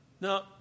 Now